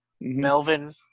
Melvin